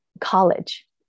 college